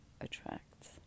attracts